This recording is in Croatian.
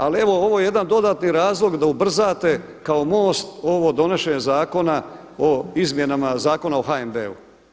Ali evo ovo je jedan dodatni razlog da ubrzate kao MOST ovo donošenje Zakona o Izmjenama zakona o HNB-u.